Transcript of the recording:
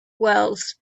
wells